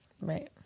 Right